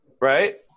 right